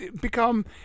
become